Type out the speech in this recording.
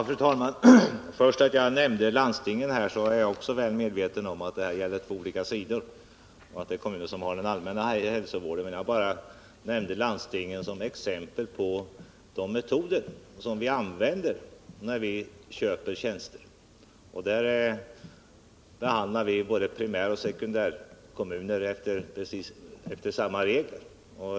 Fru talman! När jag nämnde landstingen var jag också väl medveten om att det gällde två olika sidor och att det är kommunen som har hand om den allmänna hälsovården, men jag nämnde landstingen som exempel på de metoder som vi använder när vi köper tjänster. Då behandlar vi både primärkommuner och sekundärkommuner enligt samma regler.